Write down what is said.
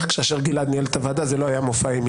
כיוון שהוועדה הזאת מתנהלת כשימוע פרטי שלך את סוללת המומחים,